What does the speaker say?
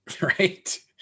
right